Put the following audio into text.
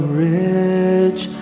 rich